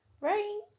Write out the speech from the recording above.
right